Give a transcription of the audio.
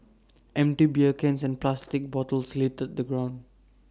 empty beer cans and plastic bottles littered the ground